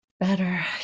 better